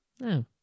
No